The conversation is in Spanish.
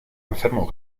enfermo